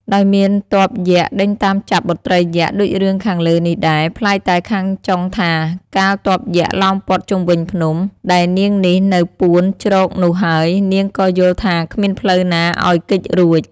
ដោយមានទ័ពយក្ខដេញតាមចាប់បុត្រីយក្ខ ដូចរឿងខាងលើនេះដែរ ប្លែកតែខាងចុងថា កាលទ័ពយក្ខ ឡោមព័ទ្ធជុំវិញភ្នំ ដែលនាងនេះនៅពួនជ្រកនោះហើយ នាងក៏យល់ថាគ្មានផ្លូវណាឲ្យគេចរួច។